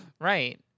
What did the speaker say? Right